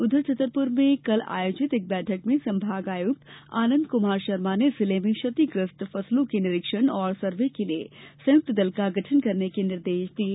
उधर छतरपुर में कल आयोजित एक बैठक में संभाग आयुक्त आनंद कुमार शर्मा ने जिले में क्षतिग्रस्त फसलों के निरीक्षण और सर्वे के लिए संयुक्त दल का गठन करने के निर्देश दिये